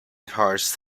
hares